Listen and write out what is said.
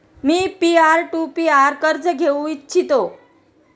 me peer to peer कर्ज घेऊ इच्छितो